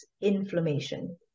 inflammation